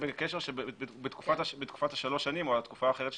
נמצאת בתקופה של שלוש שנים או בתקופה אחרת שתקבעו,